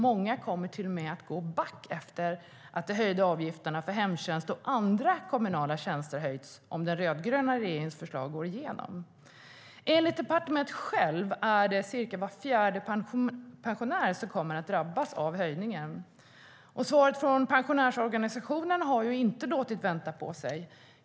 Många kommer till och med att gå back efter det att de höjda avgifterna för hemtjänst och andra kommunala tjänster höjts, om den rödgröna regeringens förslag går igenom. Enligt departementet självt är det cirka var fjärde pensionär som kommer att drabbas av höjningen. Och svaret från pensionärsorganisationerna har inte låtit vänta på sig.